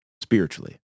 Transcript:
spiritually